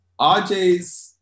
RJ's